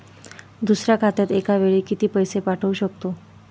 दुसऱ्या खात्यात एका वेळी किती पैसे पाठवू शकतो?